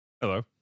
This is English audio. hello